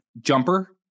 jumper